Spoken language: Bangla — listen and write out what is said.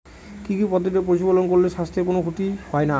কি কি পদ্ধতিতে পশু পালন করলে স্বাস্থ্যের কোন ক্ষতি হয় না?